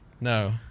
No